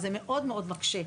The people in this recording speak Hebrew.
זה המשפחות שלנו,